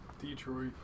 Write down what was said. Detroit